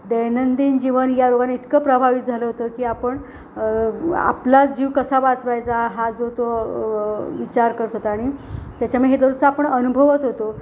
दैनंदिन जीवन या रोगानी इतकं प्रभावी झालं होतं की आपण आपलाच जीव कसा वाचवायचा हा जो तो विचार करत होता आणि त्याच्यामुळे हे दररोजचं आपण अनुभवत होतो